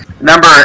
Number